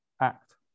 act